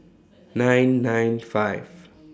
nine nine five